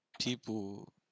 people